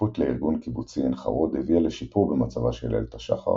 ההצטרפות לארגון קיבוצי עין חרוד הביאה לשיפור במצבה של איילת השחר,